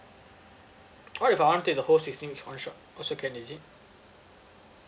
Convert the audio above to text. what if I want to take the whole sixteen one shot also can is it